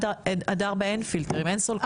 ב-1-4 אין פילטרים, אין סולקנים.